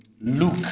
Luke